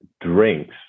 drinks